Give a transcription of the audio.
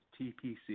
TPC